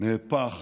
נהפך